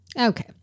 Okay